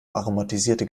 aromatisierte